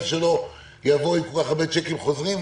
שלו יבוא עם כל כך הרבה צ'קים חוזרים,